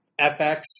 FX